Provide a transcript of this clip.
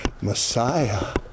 Messiah